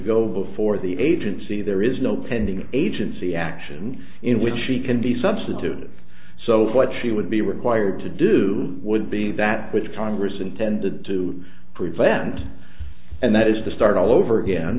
go before the agency there is no pending an agency action in which she can be substituted so what she would be required to do would be that which congress intended to prevent and that is to start all over again